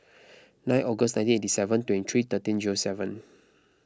nine August nineteen eighty seven twenty three thirteen seven